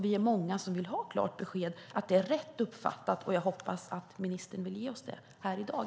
Vi är många som vill ha klart besked om att det är rätt uppfattat, och jag hoppas att ministern vill ge oss det här i dag.